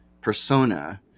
persona